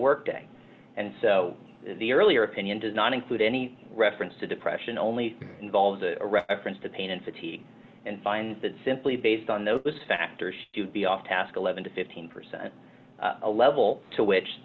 work day and so the earlier opinion does not include any reference to depression only involves a reference to pain and fatigue and find that simply based on those factors to be off task eleven to fifteen percent a level to which